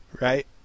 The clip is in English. right